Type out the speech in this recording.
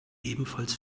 ebenfalls